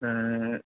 میں